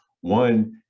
One